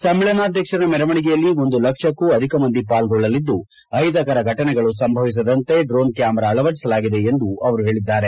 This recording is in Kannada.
ಸಮ್ಮೇಳನಾಧ್ವಕ್ಷರ ಮೆರವಣಿಗೆಯಲ್ಲಿ ಒಂದು ಲಕ್ಷಕ್ಕೂ ಅಧಿಕ ಮಂದಿ ಪಾಲ್ಗೊಳ್ಳಲಿದ್ದು ಅಹಿತಕರ ಫಟನೆಗಳಾಗದಂತೆ ಎಚ್ವರವಹಿಸಲು ಡ್ರೋನ್ ಕ್ಯಾಮರಾ ಅಳವಡಿಸಲಾಗಿದೆ ಎಂದು ಅವರು ಹೇಳಿದ್ದಾರೆ